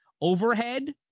overhead